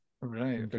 Right